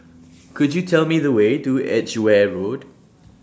Could YOU Tell Me The Way to Edgeware Road